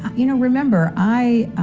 you know, remember, i